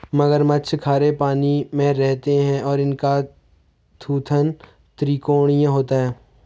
मगरमच्छ खारे पानी में रहते हैं और इनका थूथन त्रिकोणीय होता है